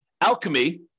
Alchemy